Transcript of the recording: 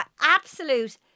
Absolute